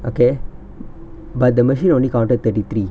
okay but the machine only counted thirty three